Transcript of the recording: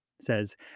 says